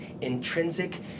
intrinsic